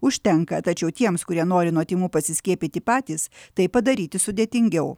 užtenka tačiau tiems kurie nori nuo tymų pasiskiepyti patys tai padaryti sudėtingiau